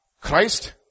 Christ